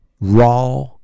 raw